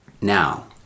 now